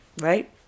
right